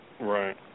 Right